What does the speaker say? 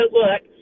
look